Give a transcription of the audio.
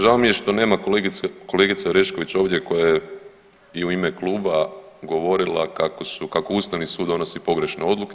Žao mi je što nema kolegice Orešković ovdje koja je u ime Kluba govorila kako Ustavni sud donosi pogrešne odluke.